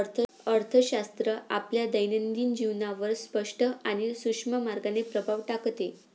अर्थशास्त्र आपल्या दैनंदिन जीवनावर स्पष्ट आणि सूक्ष्म मार्गाने प्रभाव टाकते